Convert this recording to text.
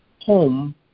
home